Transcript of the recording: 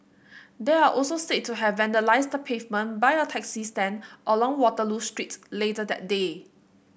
they are also said to have vandalised the pavement by a taxi stand along Waterloo Street later that day